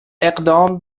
اقدام